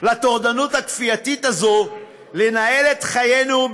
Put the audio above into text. לטורדנות הכפייתית הזאת לנהל את חיינו,